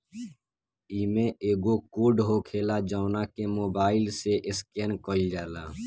इमें एगो कोड होखेला जवना के मोबाईल से स्केन कईल जाला